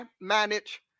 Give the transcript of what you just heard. manage